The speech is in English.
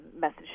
message